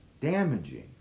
damaging